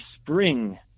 spring